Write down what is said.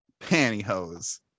pantyhose